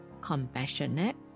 compassionate